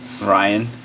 Ryan